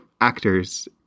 actors